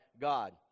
God